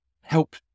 help